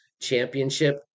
championship